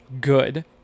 good